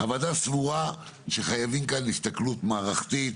הוועדה סבורה שחייבים כאן הסתכלות מערכתית